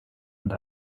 und